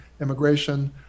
immigration